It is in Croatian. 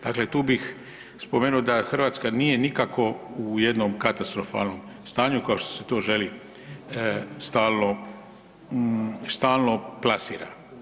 Dakle, tu bih spomenuo da Hrvatska nije nikako u jednom katastrofalnom stanju kao što se to želi stalno, stalno plasira.